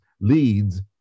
leads